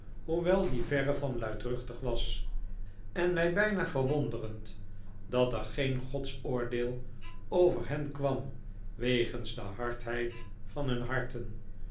hoewel die verre van luidruchtig was en mij bijna verwonderend dat er geen godsoordeel over hen kwam wegens de hardheid van hun harten